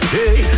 Hey